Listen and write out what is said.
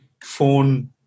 phone